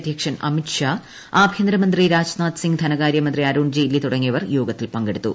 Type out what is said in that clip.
അധ്യക്ഷൻ അമിത് ഷാ ആഭ്യന്തര മുന്ത്രി രാജ്നാഥ് സിങ് ധനകാര്യമന്ത്രി അരുൺ ജയ്റ്റ്ലി തുട്ടിങ്ങിയവർ യോഗത്തിൽ പങ്കെടുത്തു